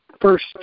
first